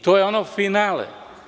To je ono finale.